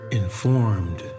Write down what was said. informed